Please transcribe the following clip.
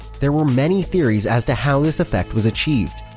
there were many theories as to how this effect was achieved,